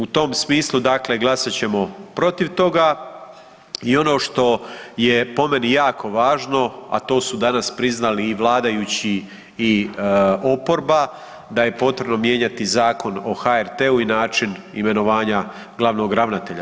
U tom smislu dakle glasat ćemo protiv toga i ono što je po meni jako važno, a to su danas priznali i vladajući i oporba da je potrebno mijenjati Zakon o HRT-u i način imenovanja glavnog ravnatelja.